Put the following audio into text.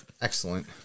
excellent